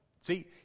see